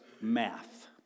math